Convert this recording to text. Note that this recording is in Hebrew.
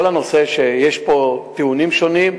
כל הנושא שיש פה טיעונים שונים,